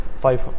five